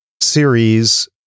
series